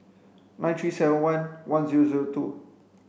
nine three seven one one zero zero two